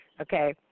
okay